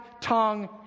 tongue